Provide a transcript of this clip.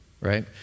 right